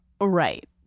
Right